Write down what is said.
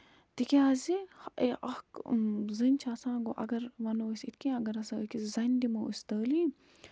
تِکیازِ اکھ زٔنۍ چھِ آسان گوٚو اَگر وَنو أسۍ یِتھ کٔنۍ اَگر ہسا أکِس زَنہِ دِمو أسۍ تعلیٖم